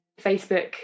Facebook